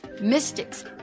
mystics